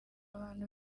abantu